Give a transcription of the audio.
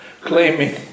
claiming